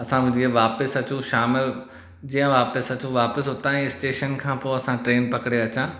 असां जीअं वापसि अचूं शाम जो जीअं वापसि अचूं वापसि उतां ई स्टेशन खां पोइ असां ट्रेन पकड़े अचां